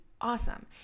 awesome